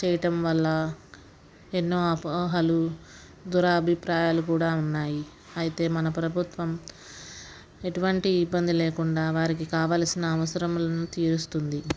చేయటం వల్ల ఎన్నో అపోహలు దురాభిప్రాయాలు కూడా ఉన్నాయి అయితే మన ప్రభుత్వం ఎటువంటి ఇబ్బంది లేకుండా వారికి కావలసిన అవసరములను తీరుస్తుంది